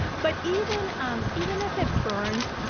but even um even if it burns.